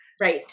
Right